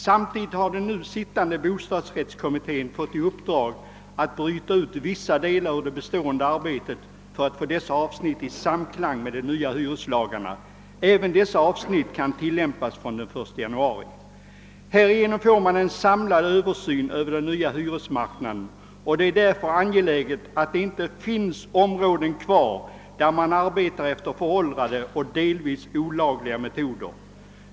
Samtidigt har den nu sittande bostadsrättskommittén fått i uppdrag att bryta ut vissa delar ur det pågående arbetet för att få dessa avsnitt i samklang med de nya hyreslagarna. Även dessa avsnitt kan tillämpas från den 1 januari i år. Härigenom får man en samlad översyn över den nya hyresmarknaden, och det är därför angeläget att det inte finns några områden kvar där man arbetar efter föråldrade och delvis olagliga metoder.